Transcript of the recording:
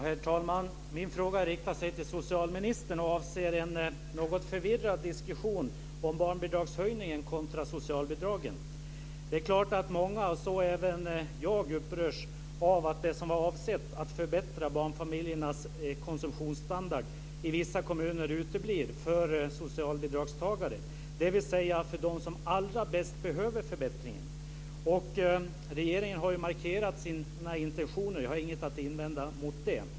Herr talman! Min fråga riktar sig till socialministern och avser en något förvirrad diskussion om barnbidragshöjningen kontra socialbidragen. Det är klart att många, och så även jag, upprörs av att det som var avsett att förbättra barnfamiljernas konsumtionsstandard i vissa kommuner uteblir för socialbidragstagare, dvs. för dem som allra bäst behöver förbättringen. Regeringen har markerat sina intentioner, och jag har inget att invända mot det.